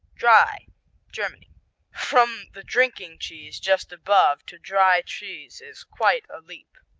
dry germany from the drinking cheese just above to dry cheese is quite a leap.